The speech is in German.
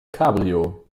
cabrio